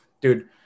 Dude